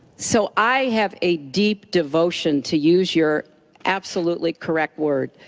so i have a deep devotion, to use your absolutely correct words,